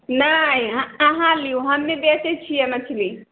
नहि अहाँ लियौ हम नहि बेचै छियै मछली